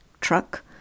truck